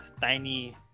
tiny